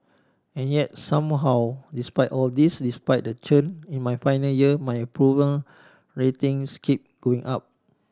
and yet somehow despite all this despite the churn in my final year my approval ratings keep going up